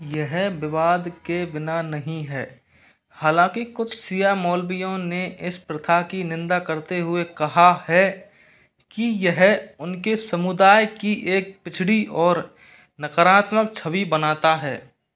यह विवाद के बिना नहीं है हालाँकि कुछ शिआ मौलवियों ने इस प्रथा की निंदा करते हुए कहा है कि यह उनके समुदाय की एक पिछड़ी और नकारात्मक छवि बनाता है